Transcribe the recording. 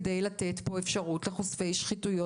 כדי לתת פה אפשרות לחושפי שחיתויות.